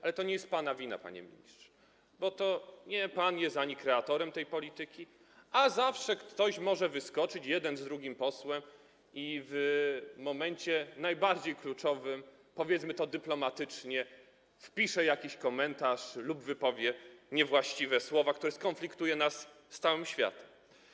Ale to nie jest pana wina, panie ministrze, bo to nie pan jest kreatorem tej polityki, a zawsze ktoś może wyskoczyć, jeden z drugim posłem, i w momencie najbardziej kluczowym, powiedzmy to dyplomatycznie, wpisze jakiś komentarz lub wypowie niewłaściwe słowa, które skonfliktują nas z całym światem.